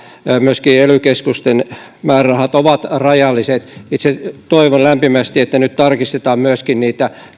myöskin ely keskusten määrärahat ovat rajalliset itse toivon lämpimästi että nyt tarkistetaan myöskin niitä